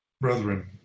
Brethren